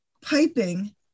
piping